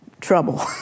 trouble